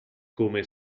come